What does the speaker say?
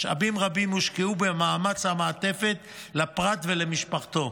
משאבים רבים הושקעו במאמץ המעטפת לפרט ולמשפחתו,